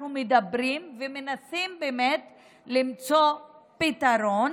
אנחנו מדברים ומנסים באמת למצוא פתרון.